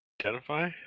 Identify